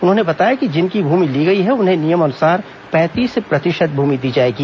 उन्होंने बताया कि जिनकी भूमि ली गई है उन्हें नियम अनुसार पैंतीस प्रतिशत भूमि दी जाएगी